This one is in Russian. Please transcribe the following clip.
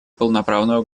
полноправного